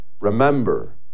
remember